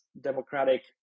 democratic